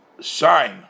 shine